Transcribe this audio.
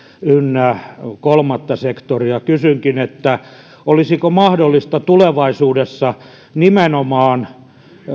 ynnä kolmatta sektoria kysynkin olisiko mahdollista tulevaisuudessa nimenomaan